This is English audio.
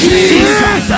Jesus